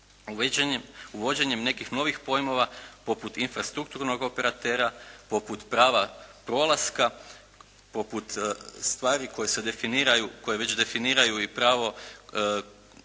Uvođenjem nekih novih pojmova poput infrastrukturnog operatera, poput prava prolaska, poput stvari koje se definiraju, koje